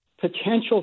potential